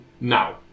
now